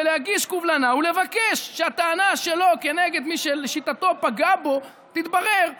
להגיש קובלנה ולבקש שהטענה שלו כנגד מי שלשיטתו פגע בו תתברר במשקל,